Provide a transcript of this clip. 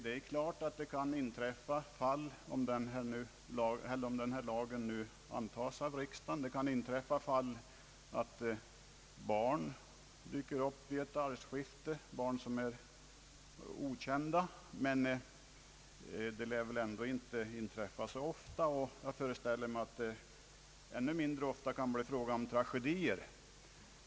Om denna lag antas av riksdagen är det klart att det kan uppstå fall då tidigare okända barn dyker upp vid ett arvskifte. Men det lär inte inträffa så ofta, och jag föreställer mig att det ännu mer sällan blir fråga om tragedier.